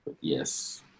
Yes